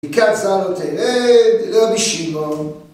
מקצר נוטה, אה, לא משיבו